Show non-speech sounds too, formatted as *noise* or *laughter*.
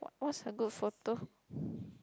what what's a good photo *breath*